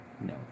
No